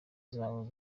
zawe